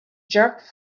jerk